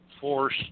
force